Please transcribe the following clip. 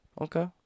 Okay